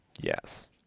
Yes